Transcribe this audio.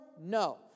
No